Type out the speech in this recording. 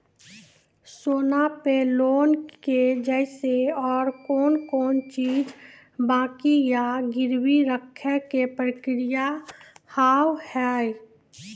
सोना पे लोन के जैसे और कौन कौन चीज बंकी या गिरवी रखे के प्रक्रिया हाव हाय?